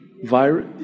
virus